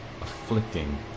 afflicting